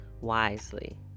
wisely